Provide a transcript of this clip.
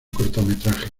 cortometrajes